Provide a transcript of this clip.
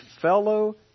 fellow